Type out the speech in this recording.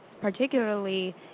particularly